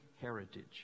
heritage